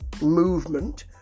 movement